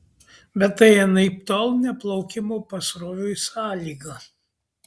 bet tai anaiptol ne plaukimo pasroviui sąlyga